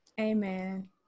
Amen